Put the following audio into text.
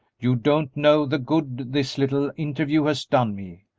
you don't know the good this little interview has done me!